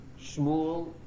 Shmuel